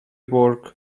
work